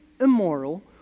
immoral